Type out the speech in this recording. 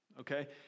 okay